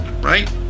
right